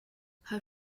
her